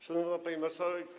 Szanowna Pani Marszałek!